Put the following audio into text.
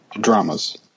Dramas